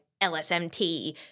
LSMT